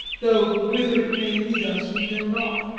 though whither it may lead us we know not.